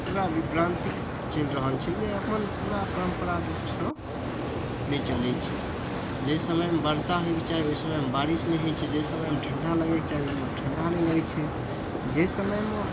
पूरा बिप्रान्तिक चलि रहल छै जे अपन पूरा परम्परा रूप सऽ नहि चलै छै जाहि समयमे बरसा होइके चाही ओहि समयमे बारिष नहि होइ छै जाहि समयमे ठण्डा लागयके चाही ओहिमे ठण्डा नहि लगै छै जाहि समयमे